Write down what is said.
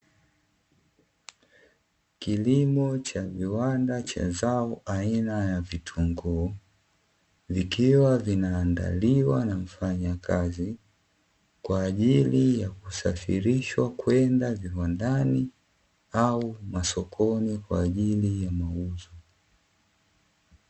Kilimo cha viwanda cha zao aina ya vitunguu vikiwa vinaandaliwa na mfanyakazi kwaajili ya kusafirishwa kwenda viwandani au masokoni kwaajili ya mauzo.